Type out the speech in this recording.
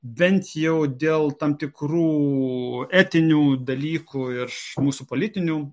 bent jau dėl tam tikrų etinių dalykų ir mūsų politinių